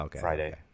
Friday